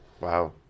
Wow